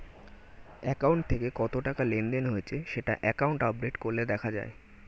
account থেকে কত টাকা লেনদেন হয়েছে সেটা অ্যাকাউন্ট আপডেট করলে দেখা যায়